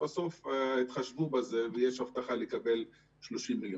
ובסוף התחשבו בזה, ויש הבטחה לקבל 30 מיליון.